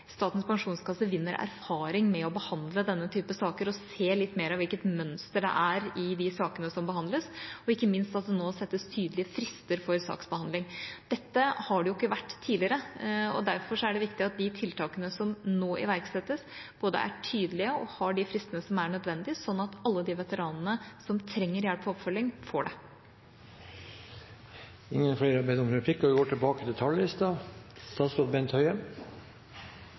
Statens pensjonskasse vinner erfaring med å behandle denne typen saker og ser litt mer av hvilket mønster det er i de sakene som behandles, og ikke minst fordi det nå settes tydelige frister for saksbehandling. Det har det ikke vært tidligere, og derfor er det viktig at de tiltakene som nå iverksettes, er tydelige og har de fristene som er nødvendige, slik at alle de veteranene som trenger hjelp og oppfølging, får det. Replikkordskiftet er slutt. Veteranene våre fortjener og kan forvente anerkjennelse for den innsatsen de har gjort for Norge, for vår sikkerhet og